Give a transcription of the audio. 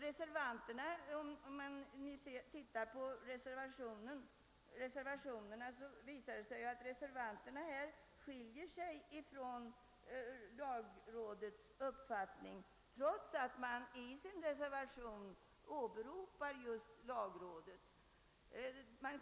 Reservanternas uppfattningar skiljer sig från lagrådets, trots att de åberopar just lagrådet.